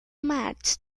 marx